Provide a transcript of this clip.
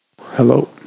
hello